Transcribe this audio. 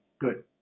Good